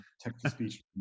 text-to-speech